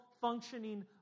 functioning